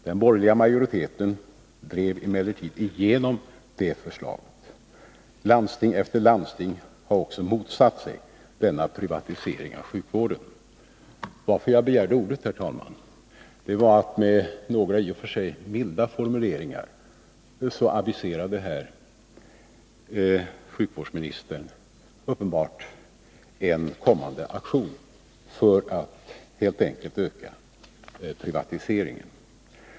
Den borgerliga majoriteten i riksdagen drev emellertid igenom det förslaget. Landsting efter landsting har också motsatt sig denna privatisering av sjukvården. Herr talman! Jag begärde ordet därför att sjukvårdsministern här — i och för sig med milda formuleringar — uppenbarligen aviserade en kommande aktion för att öka privatiseringen.